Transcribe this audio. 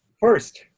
first,